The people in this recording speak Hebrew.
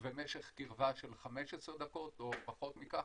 ומשך קירבה של 15 דקות או פחות מכך.